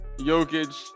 Jokic